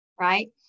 right